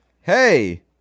hey